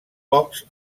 pocs